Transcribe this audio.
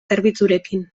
zerbitzurekin